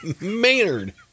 Maynard